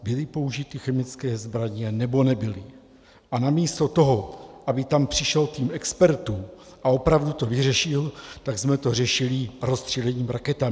Byly použity chemické zbraně, nebo nebyly, a na místo toho, aby tam přišel tým expertů a opravdu to vyřešil, tak jsme to řešili rozstřílením raketami.